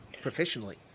professionally